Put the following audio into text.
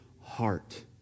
heart